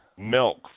Milk